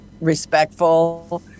respectful